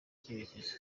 icyerekezo